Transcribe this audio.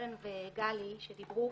לקרן וגלי שדיברו.